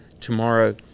tomorrow